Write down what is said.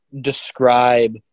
describe